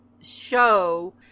show